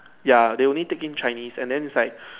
ya they only take in Chinese and then is like